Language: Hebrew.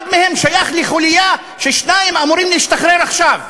אחד מהם שייך לחוליה ששניים ממנה אמורים להשתחרר עכשיו.